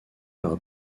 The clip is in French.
par